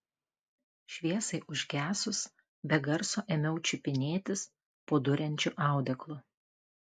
šviesai užgesus be garso ėmiau čiupinėtis po duriančiu audeklu